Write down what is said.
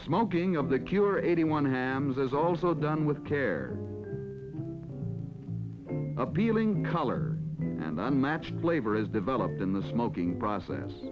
smoking of the cure eighty one hamza's also done with care appealing color and i matched labor as developed in the smoking process